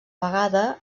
vegada